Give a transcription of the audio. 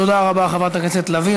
תודה רבה, חברת הכנסת לביא.